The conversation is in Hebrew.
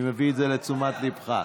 אני מביא את זה לתשומת ליבך.